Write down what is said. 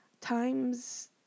times